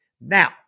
Now